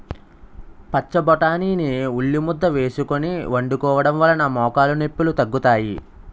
పచ్చబొటాని ని ఉల్లిముద్ద వేసుకొని వండుకోవడం వలన మోకాలు నొప్పిలు తగ్గుతాయి